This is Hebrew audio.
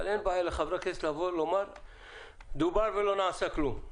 אבל אין בעיה לחברי כנסת לומר שהנושא דובר ולא נעשה כלום,